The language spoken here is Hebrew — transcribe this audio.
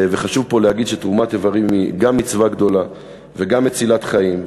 חשוב פה להגיד שתרומת איברים היא גם מצווה גדולה וגם מצילה חיים,